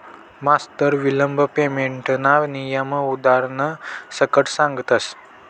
मास्तर विलंब पेमेंटना नियम उदारण सकट सांगतस